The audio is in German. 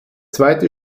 zweite